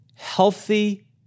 healthy